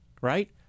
right